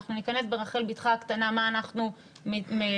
אנחנו ניכנס ברחל בתך הקטנה מה אנחנו מתנגדים,